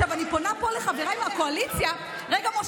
עכשיו, אני פונה לחבריי מהקואליציה, אנחנו ויתרנו.